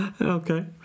Okay